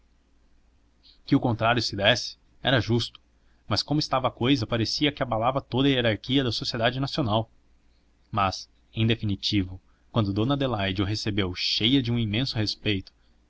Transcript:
que o contrário se desse era justo mas como estava a cousa parecia que abalava toda a hierarquia da sociedade nacional mas em definitivo quando dona adelaide o recebeu cheia de um imenso respeito